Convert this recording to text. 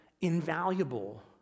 invaluable